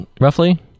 roughly